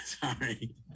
Sorry